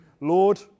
Lord